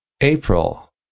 April